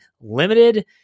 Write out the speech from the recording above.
limited